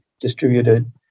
distributed